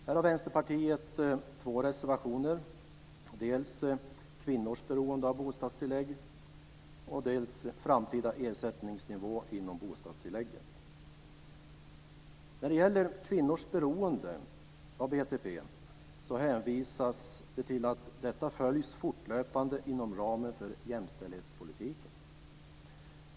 Här har Vänsterpartiet två reservationer, dels en om kvinnors beroende av bostadstillägg, dels en om framtida ersättningsnivå inom bostadstillägget. När det gäller kvinnors beroende av BTP hänvisas det till att detta följs fortlöpande inom ramen för jämställdhetspolitiken.